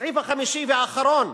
הסעיף החמישי והאחרון: